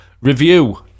review